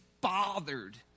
bothered